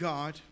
God